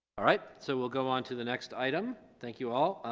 alright so we'll go on to the next item thank you all.